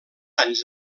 anys